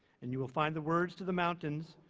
and you will find the words to the mountains',